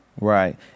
Right